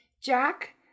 Jack